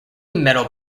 metal